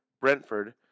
Brentford